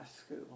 school